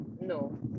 No